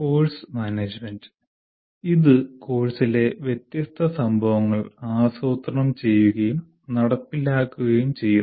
course management ഇത് കോഴ്സിലെ വ്യത്യസ്ത സംഭവങ്ങൾ ആസൂത്രണം ചെയ്യുകയും നടപ്പിലാക്കുകയും ചെയ്യുന്നു